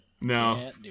No